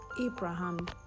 abraham